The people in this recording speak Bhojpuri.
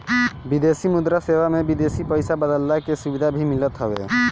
विदेशी मुद्रा सेवा में विदेशी पईसा बदलला के सुविधा भी मिलत हवे